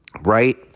right